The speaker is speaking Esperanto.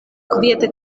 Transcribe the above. kviete